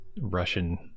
Russian